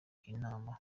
inama